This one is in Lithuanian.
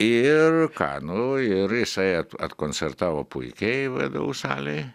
ir ką nu ir jisai atkoncertavo puikiai vdu salėj